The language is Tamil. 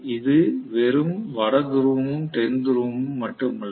இது வெறும் வட துருவமும் தென் துருவமும் மட்டுமல்ல